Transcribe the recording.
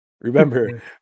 Remember